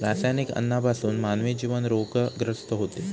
रासायनिक अन्नापासून मानवी जीवन रोगग्रस्त होते